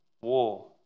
war